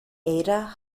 ada